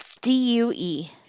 D-U-E